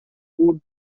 wound